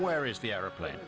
where is the airplane